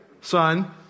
son